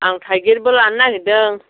आं थाइगिरबो लानो नागिरदों